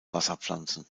wasserpflanzen